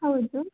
ಹೌದು